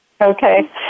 Okay